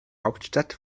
hauptstadt